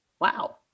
Wow